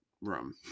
room